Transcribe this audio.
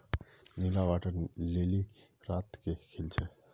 नीला water lily रात के खिल छे